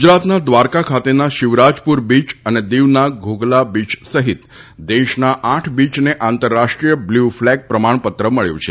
ગુજરાતના ધ્વારકા ખાતેના શિવરાજપુર બીચ અને દીવના ધોગલા બીચ સહિત દેશના આઠ બીચને આંતરરાષ્ટ્રીય બ્લુ ફલેગ પ્રમાણપત્ર મબ્યુ છે